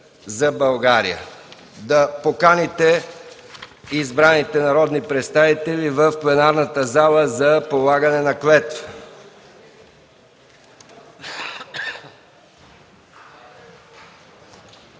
за България.” Моля да поканите избраните народни представители в пленарната зала за полагане на клетва.